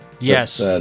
Yes